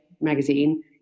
magazine